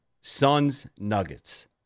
Suns-Nuggets